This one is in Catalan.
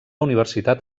universitat